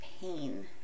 pain